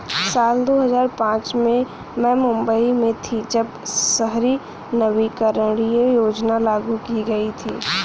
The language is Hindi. साल दो हज़ार पांच में मैं मुम्बई में थी, जब शहरी नवीकरणीय योजना लागू की गई थी